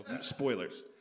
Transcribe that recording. Spoilers